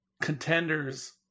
contenders